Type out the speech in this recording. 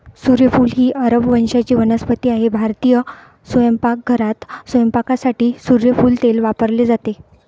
सूर्यफूल ही अरब वंशाची वनस्पती आहे भारतीय स्वयंपाकघरात स्वयंपाकासाठी सूर्यफूल तेल वापरले जाते